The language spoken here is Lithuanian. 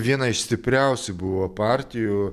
viena iš stipriausių buvo partijų